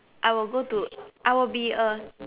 I will go to I will be a